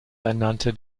ernannte